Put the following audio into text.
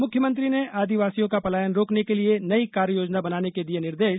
मुख्यमंत्री ने आदिवासियों का पलायन रोकने के लिए नई कार्ययोजना बनाने के दिये निर्देश